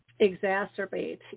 exacerbate